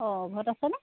অঁ ঘৰত আছেনে